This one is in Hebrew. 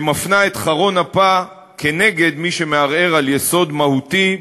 שמפנה את חרון אפה כנגד מי שמערער על יסוד מהותי,